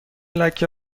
لکه